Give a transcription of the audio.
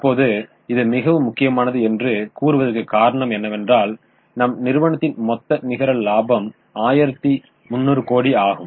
இப்போது இது மிகவும் முக்கியமானது என்று கூறுவதற்கு காரணம் என்னவென்றால் நம் நிறுவனத்தின் மொத்த நிகர இலாபம் 1300 கோடி ஆகும்